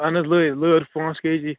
اَہَن حظ لٲر پانٛژھ کے جِی